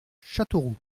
châteauroux